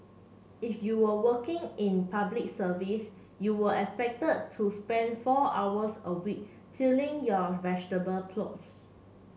if you were working in Public Service you were expected to spend four hours a week tilling your vegetable plots